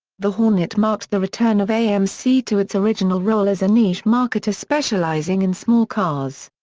the hornet marked the return of amc to its original role as a niche marketer specializing in small cars.